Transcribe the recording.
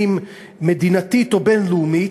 אם מדינתית ואם בין-לאומית,